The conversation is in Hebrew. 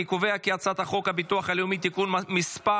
אני קובע כי חוק הצעת חוק הביטוח הלאומי (תיקון 250),